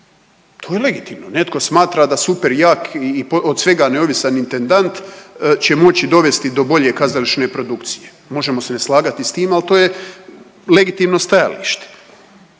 to je legitimno, netko smatra da super jak i od svega neovisan intendant će moći dovesti do bolje kazališne produkcije. Možemo se ne slagati s tim, ali to je legitimno stajalište.